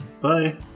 Bye